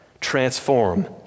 transform